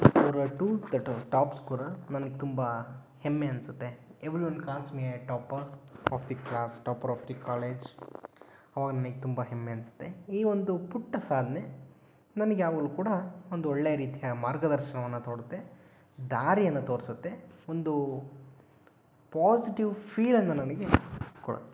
there are two that top scorer ನನಗೆ ತುಂಬ ಹೆಮ್ಮೆ ಅನಿಸುತ್ತೆ every one calls me a topper of the class topper of the college ಆವಾಗ ತುಂಬ ಹೆಮ್ಮೆ ಅನಿಸುತ್ತೆ ಈ ಒಂದು ಪುಟ್ಟ ಸಾಧನೆ ನನಗೆ ಯಾವಾಗ್ಲೂ ಕೂಡ ಒಂದೊಳ್ಳೆಯ ರೀತಿಯ ಮಾರ್ಗದರ್ಶನವನ್ನು ತೋರುತ್ತೆ ದಾರಿಯನ್ನು ತೋರಿಸುತ್ತೆ ಒಂದು ಪಾಝಿಟಿವ್ ಫೀಲನ್ನು ನನಗೆ ಕೊಡುತ್ತೆ